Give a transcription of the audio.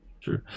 true